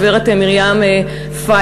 הגברת מרים פיירברג.